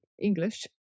English